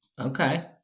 Okay